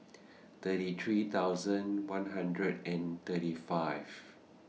thirty three thousand one hundred and thirty five